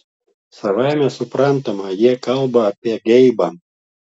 savaime suprantama ji kalba apie geibą